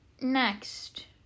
next